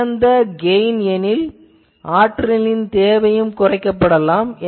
பிறகு சிறந்த கெயின் எனில் ஆற்றலின் தேவையும் குறைக்கப்படலாம்